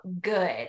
good